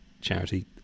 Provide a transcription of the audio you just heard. charity